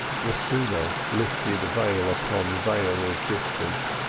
the schooner lifted veil upon veil of distance,